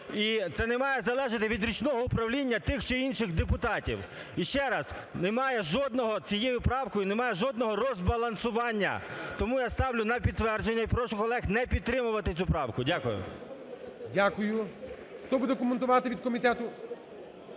і це не має залежати від ручного управління тих чи інших депутатів. Ще раз, немає жодного, цією правкою немає жодного розбалансування. Тому я ставлю на підтвердження. І прошу колег не підтримувати цю правку. Дякую. ГОЛОВУЮЧИЙ. Дякую. Хто буде коментувати від комітету?